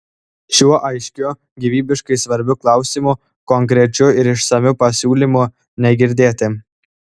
šiuo aiškiu gyvybiškai svarbiu klausimu konkrečių ir išsamių pasiūlymų negirdėti